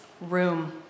room